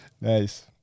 nice